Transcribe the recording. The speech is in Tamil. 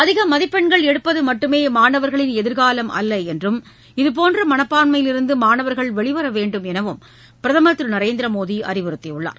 அதிக மதிப்பெண்கள் எடுப்பது மட்டுமே மாணவர்களின் எதிர்காலம் அல்ல என்றும் இதுபோன்ற மனப்பான்மையிலிருந்து மாணவர்கள் வெளிவர வேண்டுமெனவும் பிரதமர் திரு நரேந்திரமோடி அறிவுறுத்தியுள்ளார்